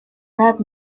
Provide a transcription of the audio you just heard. red